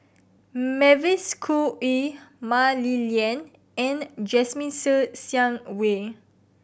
Mavis Khoo Oei Mah Li Lian and Jasmine Ser Xiang Wei